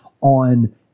on